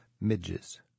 midges